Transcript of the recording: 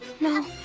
No